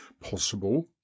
possible